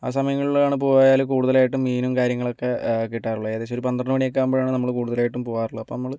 ആ സമയങ്ങളിലാണ് പോയാൽ കൂടുതലായിട്ട് മീനും കാര്യങ്ങളും ഒക്കെ കിട്ടാറുള്ളത് ഏകദേശം ഒരു പന്ത്രണ്ടു മണിയൊക്കെ ആകുമ്പോഴാണ് നമ്മൾ കൂടുതലായിട്ടും പോകാറുള്ളത് അപ്പം നമ്മൾ